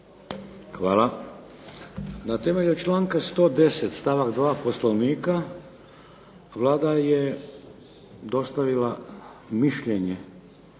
Hvala. Na temelju članka 110. stavak 2. Poslovnika Vlada je dostavila mišljenje